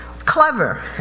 clever